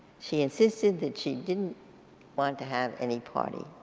she insisted that she didn't want to have any party.